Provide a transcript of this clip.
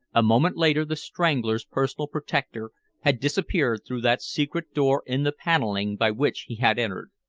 a moment later the strangler's personal protector had disappeared through that secret door in the paneling by which he had entered.